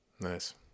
Nice